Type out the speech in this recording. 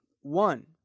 One